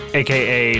aka